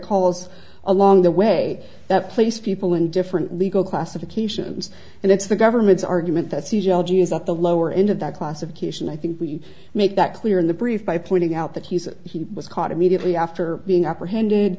calls along the way that place people in different legal classifications and it's the government's argument that's at the lower end of that classification i think we make that clear in the brief by pointing out that he was caught immediately after being apprehended